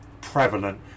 prevalent